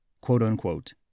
quote-unquote